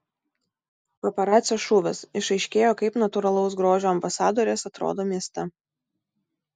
paparacio šūvis išaiškėjo kaip natūralaus grožio ambasadorės atrodo mieste